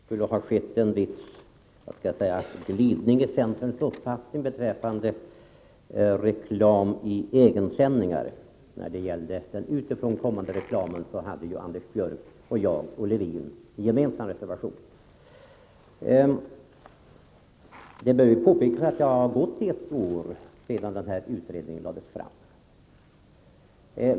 Herr talman! Olle Svensson fäste sig i sitt anförande vid att det skulle ha skett en viss glidning i centerns uppfattning beträffande reklam i egensändningar. När det gäller den utifrån kommande reklamen hade Anders Björck, jag och Levin gemensam reservation. Det bör påpekas att det har gått ett år sedan utredningen lades fram.